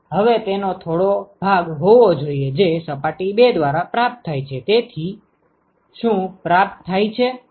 હવે તેનો થોડો ભાગ હોવો જોઈએ જે સપાટી 2 દ્વારા પ્રાપ્ત થાય છે તેથી શું પ્રાપ્ત થાય છે